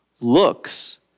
looks